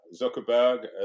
Zuckerberg